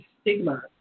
stigma